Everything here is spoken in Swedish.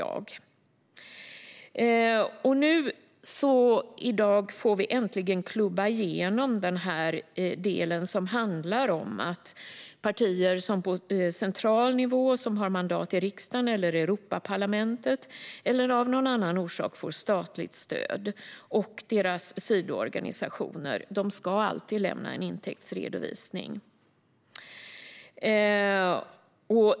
I dag får vi äntligen klubba igenom den del som handlar om att partier på central nivå som har mandat i riksdagen eller Europaparlamentet eller av annan orsak får statligt stöd, liksom deras sidoorganisationer, alltid ska lämna en intäktsredovisning.